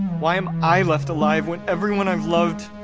why am i left alive when everyone i've loved